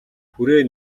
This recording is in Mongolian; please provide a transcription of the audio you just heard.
хүрээ